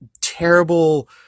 terrible